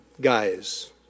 guys